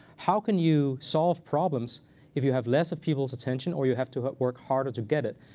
how can you solve problems if you have less of people's attention or you have to work harder to get it?